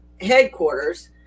headquarters